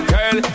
Girl